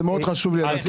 מאוד חשוב לי הנושא.